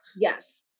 Yes